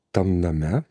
tam name